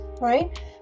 right